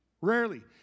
Rarely